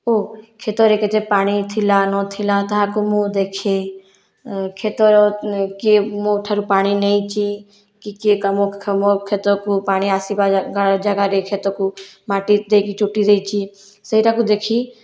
ଓ କ୍ଷେତରେ କେତେ ପାଣି ଥିଲା ନଥିଲା ତାହାକୁ ମୁଁ ଦେଖେ କ୍ଷେତ କିଏ ମୋ ଠାରୁ ପାଣି ନେଇଛି କି କିଏ ମୋ କ୍ଷେତକୁ ପାଣି ଆସିବା ଜାଗାରେ କ୍ଷେତକୁ ମାଟି ଦେଇକି ଚୁଟି ଦେଇଛି ସେଇଟାକୁ ଦେଖି